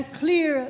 clear